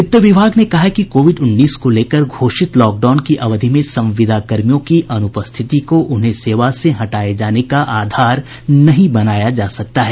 वित्त विभाग ने कहा है कि कोविड उन्नीस को लेकर घोषित लॉकडाउन की अवधि में संविदाकर्मियों की अनुपस्थिति को उन्हें सेवा से हटाये जाने का आधार नहीं बनाया जा सकता है